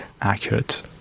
accurate